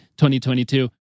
2022